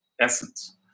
essence